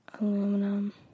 aluminum